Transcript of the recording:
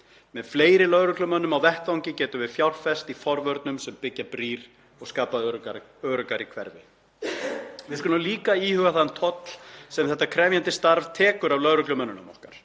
Með fleiri lögreglumönnum á vettvangi getum við fjárfest í forvörnum sem byggja brýr og skapa öruggari hverfi. Við skulum líka íhuga þann toll sem þetta krefjandi starf tekur af lögreglumönnunum okkar.